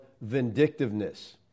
vindictiveness